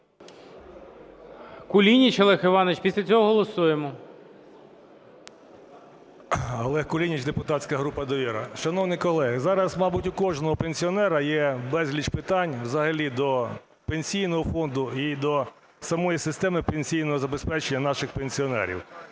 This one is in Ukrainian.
Кулініч Олег Іванович. Після цього голосуємо. 14:54:59 КУЛІНІЧ О.І. Олег Кулініч, депутатська група "Довіра". Шановні колеги, зараз, мабуть, у кожного пенсіонера є безліч питань взагалі до Пенсійного фонду і до самої системи пенсійного забезпечення наших пенсіонерів.